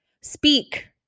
Speak